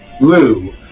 Lou